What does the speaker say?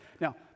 Now